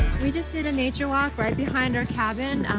we just did a nature walk right behind our cabin.